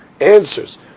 answers